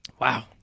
Wow